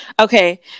okay